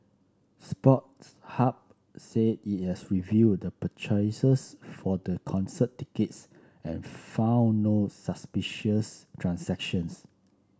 Sports Hub said it has reviewed the purchases for the concert tickets and found no suspicious transactions